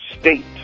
state